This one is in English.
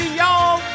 y'all